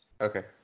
Okay